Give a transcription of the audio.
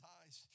eyes